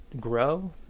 grow